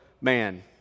man